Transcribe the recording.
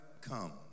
come